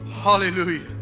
hallelujah